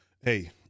Hey